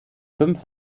fünf